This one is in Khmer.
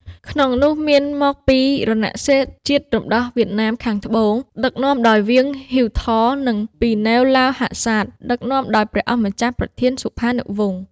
ក្នុងនោះមានមកពីរណសិរ្សជាតិរំដោះវៀតណាមខាងត្បូង ដឹក នាំដោយលោក ង្វៀង ហ៊ីវ ថ និងពី ណេវ ឡាវ ហាក់សាត ដឹកនាំដោយព្រះអង្គម្ចាស់ប្រធាន សុផានុវង្ស។